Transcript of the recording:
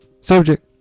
subject